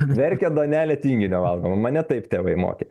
verkia duonelė tinginio valgoma mane taip tėvai mokė